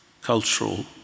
cultural